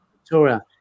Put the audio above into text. Victoria